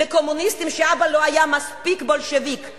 שהוא לא היה בולשביק מספיק.